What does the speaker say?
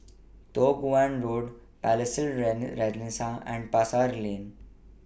Toh Guan Road Palais Renaissance and Pasar Lane